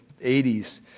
80s